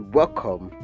welcome